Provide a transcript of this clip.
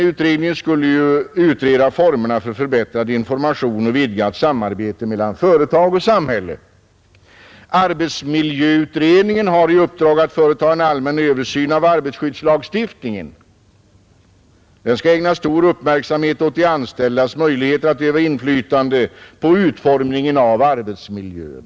Utredningen skulle utreda formerna för förbättrad information och vidgat samarbete mellan företag och samhälle. Arbetsmiljöutredningen har i uppdrag att företa en allmän översyn av arbetsskyddslagstiftningen. Den skall ägna stor uppmärksamhet åt de anställdas möjligheter att öva inflytande på utformningen av arbetsmiljön.